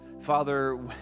Father